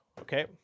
Okay